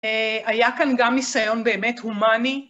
היה כאן גם ניסיון באמת הומני.